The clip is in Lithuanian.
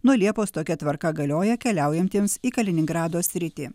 nuo liepos tokia tvarka galioja keliaujantiems į kaliningrado sritį